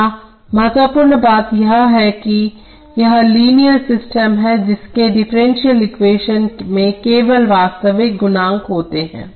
यहां महत्वपूर्ण बात यह है कियह लाइनर सिस्टम है जिसके डिफरेंशियल ईक्वेशन में केवल वास्तविक गुणांक होते हैं